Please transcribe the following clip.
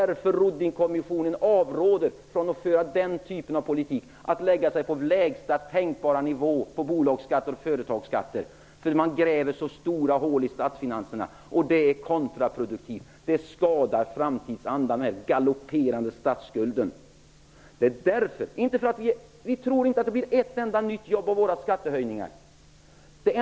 Ruddingkommissionen avråder från att föra en sådan politik som innebär att man lägger sig på lägsta tänkbara nivå när det gäller bolagsskatter och företagsskatter. Då gräver man stora hål i statsfinanserna. Det är kontraproduktivt. Den galopperande statsskulden skadar framtidstron. Det är därför vi har dessa förslag. Vi tror inte att det blir ett enda nytt jobb på grund av våra skattehöjningar.